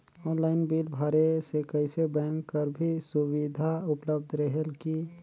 Online bill भरे से कइसे बैंक कर भी सुविधा उपलब्ध रेहेल की?